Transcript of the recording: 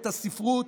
את הספרות,